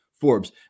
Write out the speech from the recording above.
Forbes